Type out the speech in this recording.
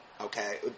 okay